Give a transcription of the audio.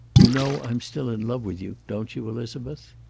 you know i'm still in love with you, don't you, elizabeth?